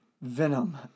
Venom